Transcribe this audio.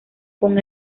con